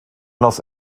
los